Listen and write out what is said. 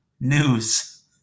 news